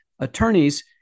attorneys